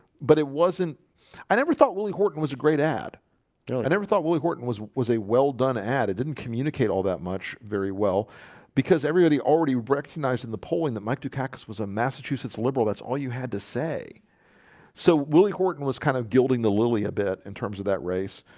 but it wasn't i never thought willie horton was a great ad you know and never thought willie horton was was a well-done ad it didn't communicate all that much very well because everybody already recognized in the polling that mike dukakis was a massachusetts liberal that's all you had to say so willie horton was kind of gilding the lily a bit in terms of that race